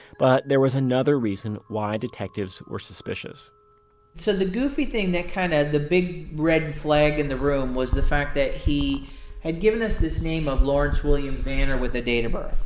but there was another reason why detectives were suspicious so the goofy thing, kind of the big red flag in the room was the fact that he had given us this name of lawrence william vanner with a date of birth.